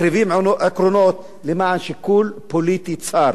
מקריבים עקרונות למען שיקול פוליטי צר.